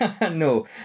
No